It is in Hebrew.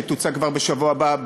שתוצג כבר בשבוע הבא,